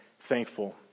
thankful